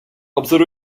obzoru